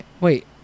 Wait